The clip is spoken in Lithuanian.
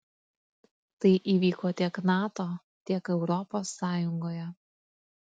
tai įvyko tiek nato tiek europos sąjungoje